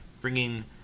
bringing